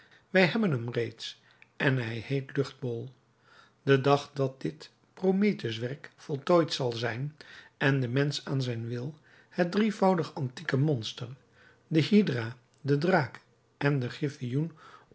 wij hebben hem reeds en hij heet luchtbol den dag dat dit prometheuswerk voltooid zal zijn en de mensch aan zijn wil het drievoudig antieke monster de hydra den draak en den griffoen